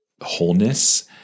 wholeness